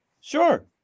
sure